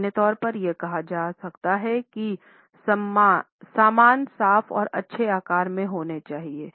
सामान्य तौर पर यह कहा जा सकता है कि सामान साफ और अच्छे आकार में होना चाहिए